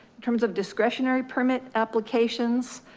terms of discretionary permit applications.